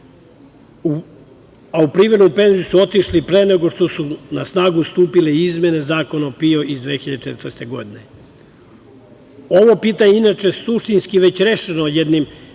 a u prevremenu penziju su otišli pre nego što su na snagu stupile izmene zakona o PIO iz 2014. godine. Ovo pitanje inače je suštinski već rešeno jednim